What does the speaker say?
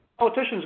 Politicians